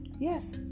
Yes